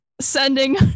sending